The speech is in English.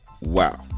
wow